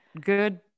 good